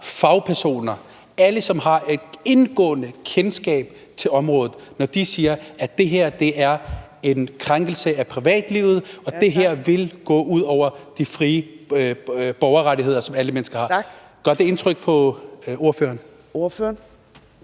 fagpersoner, alle, som har et indgående kendskab til området, siger, at det her er en krænkelse af privatlivet, og at det her vil gå ud over de frie borgerrettigheder, som alle mennesker har. Gør det indtryk på ordføreren?